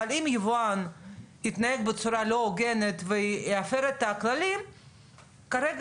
אבל אם היבואן יתנהג בצורה לא הוגנת ויפר את הכללים כרגע